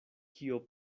kio